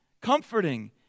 comforting